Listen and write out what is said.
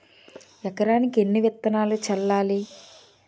ఎకరానికి ఎన్ని విత్తనాలు చల్లాలి?